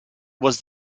was